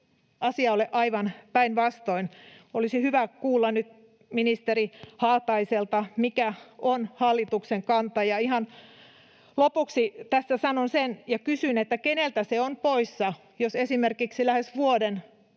asia ole aivan päinvastoin? Olisi hyvä kuulla nyt ministeri Haataiselta, mikä on hallituksen kanta. Ja ihan lopuksi tästä kysyn, keneltä se on poissa, jos esimerkiksi lähes vuodeksi